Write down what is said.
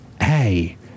hey